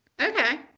Okay